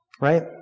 right